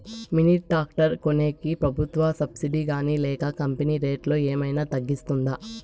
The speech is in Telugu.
మిని టాక్టర్ కొనేకి ప్రభుత్వ సబ్సిడి గాని లేక కంపెని రేటులో ఏమన్నా తగ్గిస్తుందా?